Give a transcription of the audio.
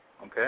Okay